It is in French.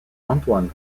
antoine